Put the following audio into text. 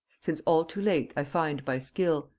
since all too late i find by skill,